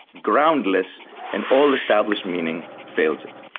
groundless and all established meaning fails it.